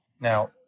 Now